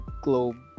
Globe